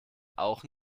auch